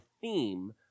theme